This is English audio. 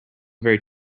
very